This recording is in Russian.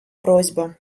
просьба